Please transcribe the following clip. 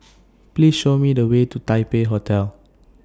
Please Show Me The Way to Taipei Hotel